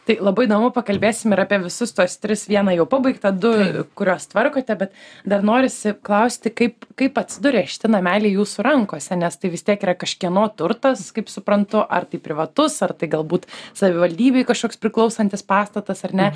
tai labai įdomu pakalbėsim ir apie visus tuos tris vieną jau pabaigtą du kurios tvarkote bet dar norisi klausti kaip kaip atsiduria nameliai jūsų rankose nes tai vis tiek yra kažkieno turtas kaip suprantu ar tai privatus ar tai galbūt savivaldybei kažkoks priklausantis pastatas ar ne